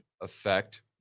effect